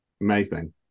Amazing